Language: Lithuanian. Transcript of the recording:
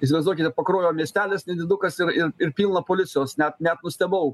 įsivaizduokite pakruojo miestelis nedidukas ir ir ir pilna policijos net net nustebau